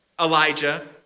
Elijah